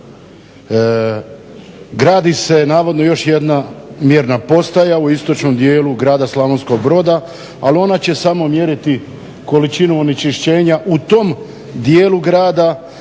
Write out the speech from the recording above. Gradi se navodno još jedna mjerna postaja u istočnom dijelu grada Slavonskog Broda, ali ona će samo mjeriti količinu onečišćenja u tom dijelu grada.